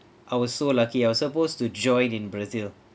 I was so lucky I was supposed to join in brazil